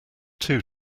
two